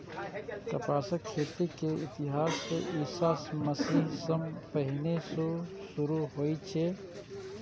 कपासक खेती के इतिहास ईशा मसीह सं पहिने सं शुरू होइ छै